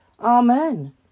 Amen